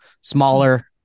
smaller